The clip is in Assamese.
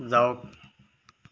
যাওক